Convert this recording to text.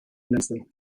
nicely